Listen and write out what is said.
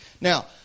Now